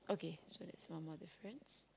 okay so that's one more difference